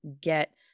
get